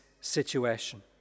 situation